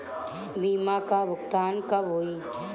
बीमा का भुगतान कब होइ?